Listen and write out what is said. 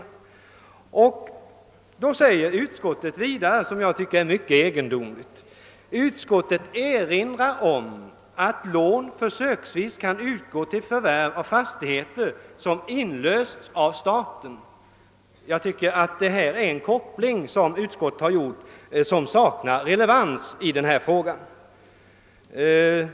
Utskottet skriver på s. 19 i sitt utlåtande något som jag tycker är mycket egendomligt: »Utskottet erinrar om att lån försöksvis kan utgå till förvärv av fastigheter som inlösts av staten.« Jag tycker att denna koppling saknar relevans.